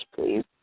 Please